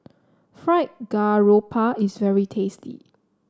Fried Garoupa is very tasty